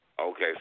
Okay